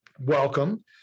welcome